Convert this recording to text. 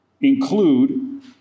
include